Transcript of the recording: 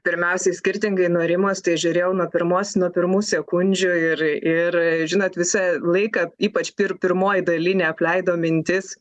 pirmiausiai skirtingai nuo rimos tai žiūrėjau nuo pirmos nuo pirmų sekundžių ir ir žinot visą laiką ypač pir pirmoj daly neapleido mintis